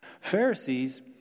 Pharisees